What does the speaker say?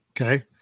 Okay